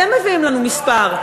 אתם מביאים לנו מספר.